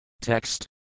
Text